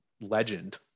legend